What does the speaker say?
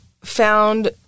found